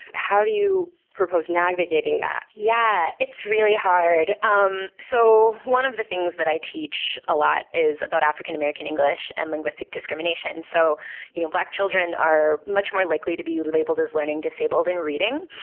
how do you propose navigating that? yeah, it's really hard. um so one of the things that i teach a lot is about african american english and linguistic discrimination. so you know black children are much more likely to be labeled as learning disabled in reading.